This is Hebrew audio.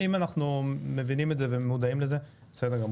אם אנחנו מבינים את זה ומודעים לזה, בסדר.